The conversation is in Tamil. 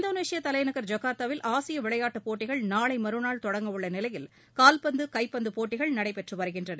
இந்தோனேஷியா தலைநகள் ஜகாந்தாவில் ஆசிய விளையாட்டு போட்டிகள் நாளை மறுநாள் தொடங்க உள்ள நிலையில் கால்பந்து கைப்பந்து போட்டிகள் நடைபெற்று வருகின்றன